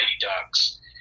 ducks